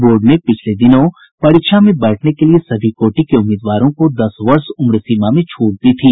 board ने पिछले दिनों परीक्षा में बैठने के लिए सभी कोटि के उम्मीदवारों को दस वर्ष उम्र सीमा में छूट दी थी